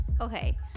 Okay